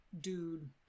dude